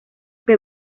que